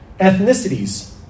Ethnicities